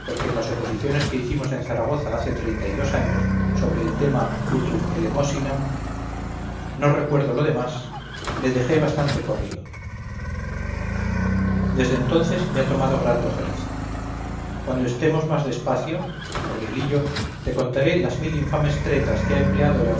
en las oposiciones que hicimos en zaragoza hace treinta y dos años sobre el tema utrum helemosinam no recuerdo lo demás le dejé bastante corrido desde entonces me ha tomado grande ojeriza cuando estemos más despacio gabrielillo te contaré las mil infames tretas que ha empleado